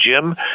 jim